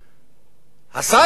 השר אלי ישי, שר הפנים,